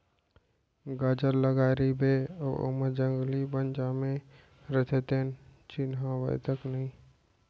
गाजर लगाए रइबे अउ ओमा जंगली बन जामे रइथे तेन चिन्हावय तक नई